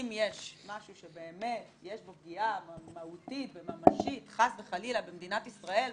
אם יש משהו שבאמת יש בו פגיעה מהותית או ממשית חס וחלילה במדינת ישראל,